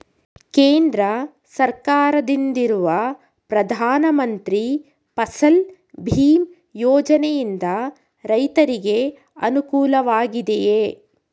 ಕೇಂದ್ರ ಸರ್ಕಾರದಿಂದಿರುವ ಪ್ರಧಾನ ಮಂತ್ರಿ ಫಸಲ್ ಭೀಮ್ ಯೋಜನೆಯಿಂದ ರೈತರಿಗೆ ಅನುಕೂಲವಾಗಿದೆಯೇ?